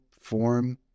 form